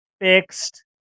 fixed